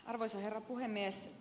arvoisa herra puhemies